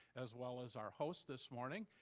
as well as our host this morning.